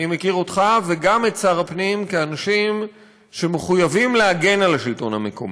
אני מכיר אותך וגם את שר הפנים כאנשים שמחויבים להגן על השלטון המקומי.